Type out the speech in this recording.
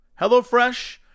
HelloFresh